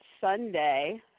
Sunday